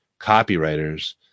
copywriters